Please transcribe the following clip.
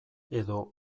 edo